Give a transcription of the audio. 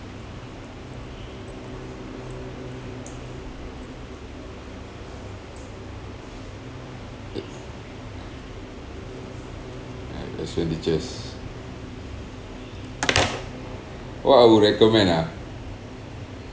uh expenditures what I would recommend ah